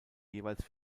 jeweils